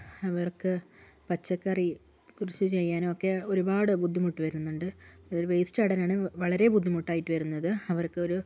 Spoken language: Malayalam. അവർക്ക് പച്ചക്കറി കൃഷി ചെയ്യാനും ഒക്കെ ഒരുപാട് ബുദ്ധിമുട്ട് വരുന്നുണ്ട് അവര് വേസ്റ്റ് ചാടാനാണ് വളരെ ബുദ്ധിമുട്ടായിട്ട് വരുന്നത് അവർക്കൊരു